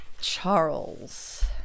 Charles